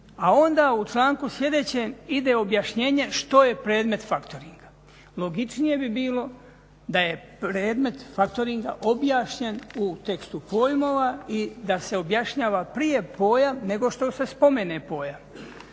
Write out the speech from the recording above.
A onda u članku sljedećem ide objašnjenje što je predmet factoringa, logičnije bi bilo da je predmet factoringa objašnjen u tekstu pojmova i da se objašnjava prije pojam nego što se spomene pojam